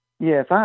Yes